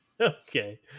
Okay